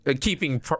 keeping